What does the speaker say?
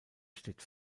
steht